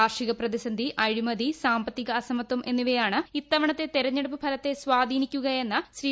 കാർഷികൂ പ്രതിസന്ധി അഴിമതി സാമ്പത്തിക അസമത്വം എന്നിവയാണ് ഇത്തുവണത്തെ തെരഞ്ഞെടുപ്പ് ഫലത്തെ സ്വാധീനിക്കൂകൃഎന്ന് ശ്രീ